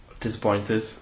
Disappointed